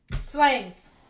Slangs